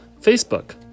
Facebook